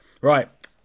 Right